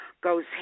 goes